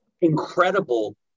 incredible